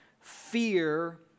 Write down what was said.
fear